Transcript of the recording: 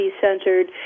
centered